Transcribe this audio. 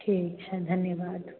ठीक छनि धन्यवाद